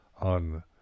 on